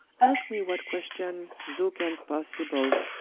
aske me what question thou canst possible,